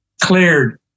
cleared